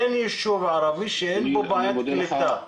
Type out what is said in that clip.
אין יישוב ערבי שאין בו בעיית קליטה.